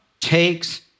takes